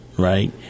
Right